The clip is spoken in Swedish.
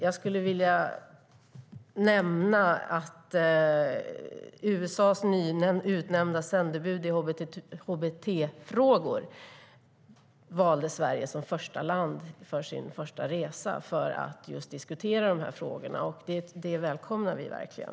Jag skulle vilja nämna att USA:s nyutnämnda sändebud i hbt-frågor valde Sverige för sin första resa för att just diskutera dessa frågor. Det välkomnar vi verkligen.